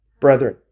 brethren